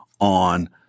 on